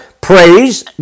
praise